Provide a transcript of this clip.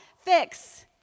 fix